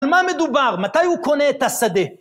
מה מדובר? מתי הוא קונה את השדה?